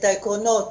העקרונות